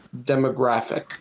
demographic